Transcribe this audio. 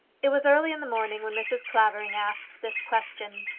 it was early in the morning when mrs. clavering asked this question.